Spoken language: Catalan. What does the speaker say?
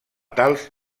tals